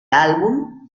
álbum